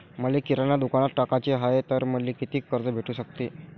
मले किराणा दुकानात टाकाचे हाय तर मले कितीक कर्ज भेटू सकते?